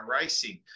racing